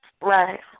Right